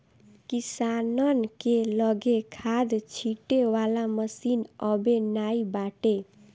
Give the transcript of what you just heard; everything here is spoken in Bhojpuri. किसानन के लगे खाद छिंटे वाला मशीन अबे नाइ बाटे